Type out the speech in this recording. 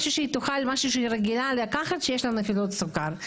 משהו שהיא רגילה לקחת כשיש לה נפילת סוכר.